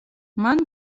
მან